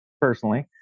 personally